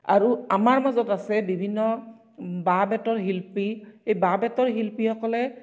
আৰু আমাৰ মাজত আছে বিভিন্ন বাঁহ বেতৰ শিল্পী এই বাঁহ বেতৰ শিল্পীসকলে